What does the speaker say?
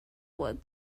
woods